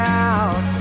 out